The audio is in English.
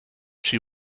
she